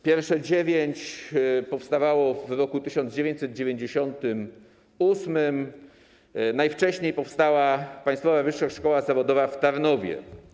Pierwsze dziewięć powstało w roku 1998, najwcześniej powstała Państwowa Wyższa Szkoła Zawodowa w Tarnowie.